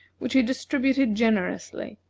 which he distributed generously,